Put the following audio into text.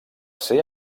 ser